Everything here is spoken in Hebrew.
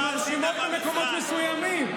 הן מרשימות במקומות מסוימים.